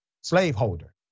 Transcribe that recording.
slaveholder